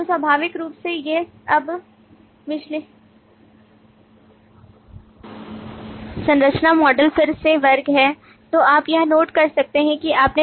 तो स्वाभाविक रूप से ये अब विश्लेषण चरण में जाएंगे और विश्लेषण चरण में मुख्य संरचना विश्लेषण है और समस्या डोमेन मॉडल को फिर से परिभाषित करने के लिए अपने आप को जिस तरह से हमने छुट्टी के पदानुक्रम को मॉडल बनाया था उसे परिष्कृत करने के हमारे अभ्यास की याद दिलाता है